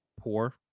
poor